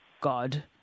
God